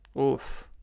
Oof